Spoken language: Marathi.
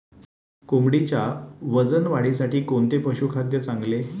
कोंबडीच्या वजन वाढीसाठी कोणते पशुखाद्य चांगले?